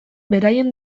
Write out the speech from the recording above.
beraien